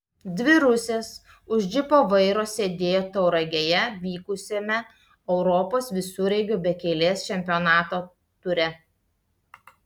dvi rusės už džipo vairo sėdėjo tauragėje vykusiame europos visureigių bekelės čempionato ture